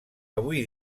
avui